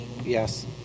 Yes